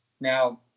Now